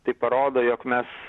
tai parodo jog mes